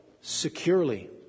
securely